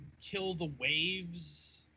kill-the-waves